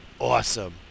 awesome